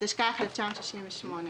התשכ"ח-1968,